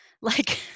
like-